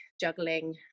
juggling